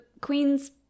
Queen's